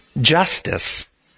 justice